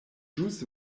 ĵus